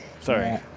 Sorry